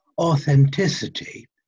authenticity